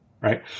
Right